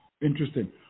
Interesting